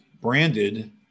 branded